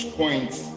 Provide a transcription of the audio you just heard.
points